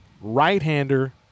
right-hander